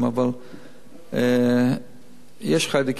אבל יש חיידקים,